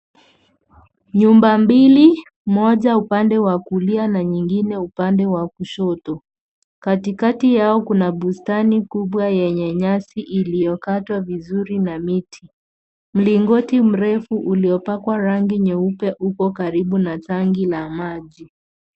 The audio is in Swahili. Nyumba mbili, moja upande wa kulia na nyingine upande wa kushoto. Katikati yao kuna bustani kubwa yenye nyasi iliyokatwa vizuri na miti. Mlingoti mrefu uliopakwa rangi nyeupe upo karibu na tanki na maji.